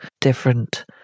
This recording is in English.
different